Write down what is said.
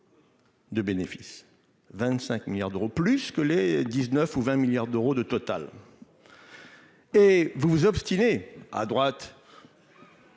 De bénéfices, 25 milliards d'euros, plus que les 19 ou 20 milliards d'euros de Total. Et vous vous obstinez à droite.